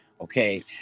Okay